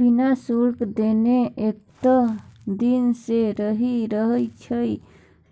बिना शुल्क देने एतेक दिन सँ रहि रहल छी